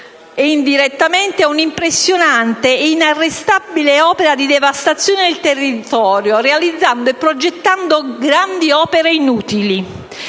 indirettamente in un'impressionante ed inarrestabile opera di devastazione del territorio, realizzando e progettando grandi opere inutili.